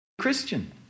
Christian